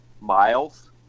miles